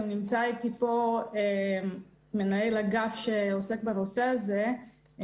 אבל נמצא אתי כאן מנהל אגף שעוסק בנושא הזה,